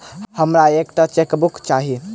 हमरा एक टा चेकबुक चाहि